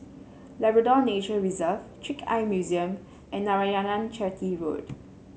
Labrador Nature Reserve Trick Eye Museum and Narayanan Chetty Road